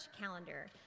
calendar